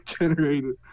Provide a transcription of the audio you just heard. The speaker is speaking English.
generated